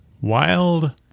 Wild